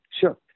Sure